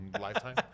lifetime